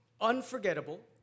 unforgettable